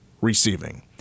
receiving